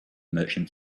merchant